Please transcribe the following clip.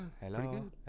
Hello